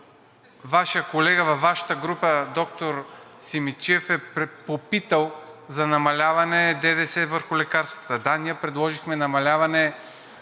Вашият колега във Вашата група доктор Симидчиев е попитал за намаляване ДДС върху лекарствата – да, ние предложихме намаляване